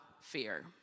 fear